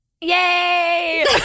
Yay